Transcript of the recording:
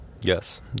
yes